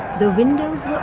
the windows ah